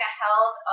held